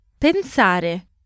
Pensare